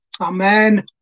Amen